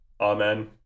Amen